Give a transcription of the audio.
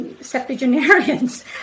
septuagenarians